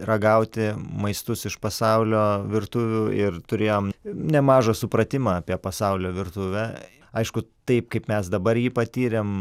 ragauti maistus iš pasaulio virtuvių ir turėjom nemažą supratimą apie pasaulio virtuvę aišku taip kaip mes dabar jį patyrėm